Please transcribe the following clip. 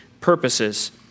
purposes